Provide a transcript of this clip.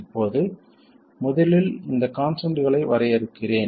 இப்போது முதலில் இந்த கான்ஸ்டன்ட்களை வரையறுக்கிறேன்